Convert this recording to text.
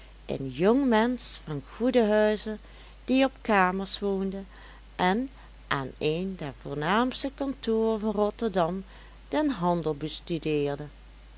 een jong mensch van goeden huize die op kamers woonde en aan een der voornaamste kantoren van rotterdam den handel bestudeerde